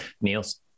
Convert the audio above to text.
Niels